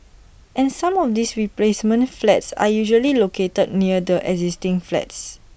and some of these replacement flats are usually located near the existing flats